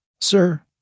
Sir